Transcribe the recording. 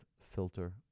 filter